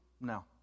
No